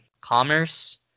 Commerce